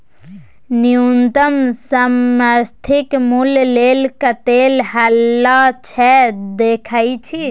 न्युनतम समर्थित मुल्य लेल कतेक हल्ला छै देखय छी